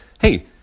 hey